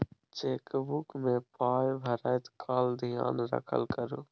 chequebook मे पाय भरैत काल धेयान राखल करू